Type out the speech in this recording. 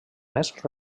més